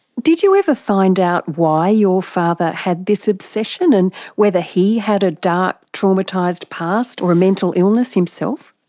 did you ever find out why your father had this obsession and whether he had a dark traumatised past or a mental illness himself?